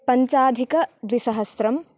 पञ्चाधिकद्विसहस्रम्